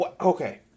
Okay